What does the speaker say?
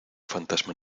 fantasma